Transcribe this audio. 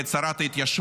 ואת שרת ההתיישבות,